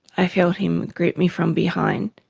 i felt him grip me from behind,